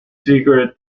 secret